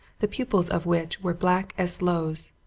the pupils of which were black as sloes,